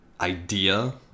idea